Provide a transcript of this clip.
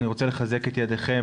אני רוצה לחזק את ידיכם,